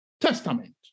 Testament